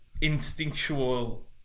instinctual